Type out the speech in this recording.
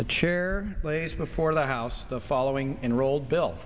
the chair lays before the house the following enrolled bill